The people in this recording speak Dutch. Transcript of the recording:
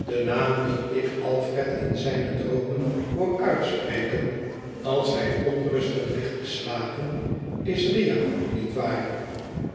de naam dien ik alfred in zijne droomen hoor uitspreken als hij onrustig ligt te slapen is riah niet waar